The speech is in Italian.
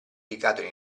ricadono